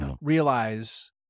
realize